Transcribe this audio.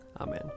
Amen